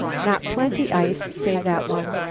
not plenty ice say that one.